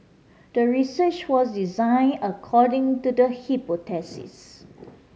the research was designed according to the hypothesis